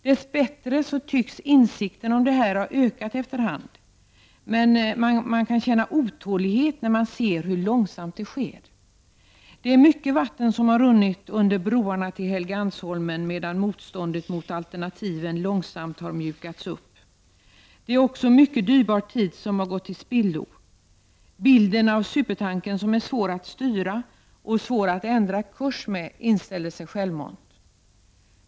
Dess bättre tycks insikten om detta förhållande ha ökat efter hand. Men man kan känna otålighet när man ser hur långsamt detta sker. Det är mycket vatten som runnit under broarna till Helgeandsholmen, medan motståndet mot alternativen långsamt har mjukats upp. Mycket dyrbar tid har också gått till spillo. Bilden av supertankern som är svår att styra och svår att ändra kurs med inställer sig osökt.